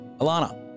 Alana